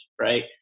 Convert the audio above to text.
right